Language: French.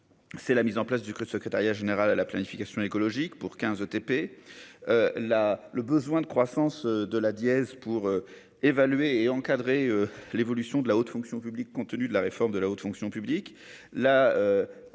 c'est la mise en place du code secrétariat général à la planification écologique pour quinze TP là le besoin de croissance de la dièse pour évaluer et encadrer l'évolution de la haute fonction publique, compte tenu de la réforme de la haute fonction publique